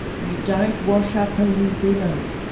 you don't wash up in new zealand